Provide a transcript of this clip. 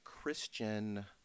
Christian